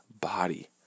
body